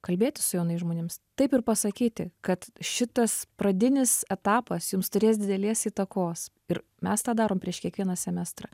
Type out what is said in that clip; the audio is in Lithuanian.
kalbėtis su jaunais žmonėmis taip ir pasakyti kad šitas pradinis etapas jums turės didelės įtakos ir mes tą darom prieš kiekvieną semestrą